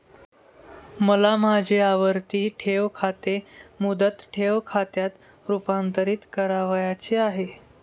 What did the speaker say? मला माझे आवर्ती ठेव खाते मुदत ठेव खात्यात रुपांतरीत करावयाचे आहे